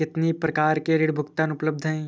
कितनी प्रकार के ऋण भुगतान उपलब्ध हैं?